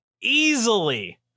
easily